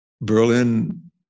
Berlin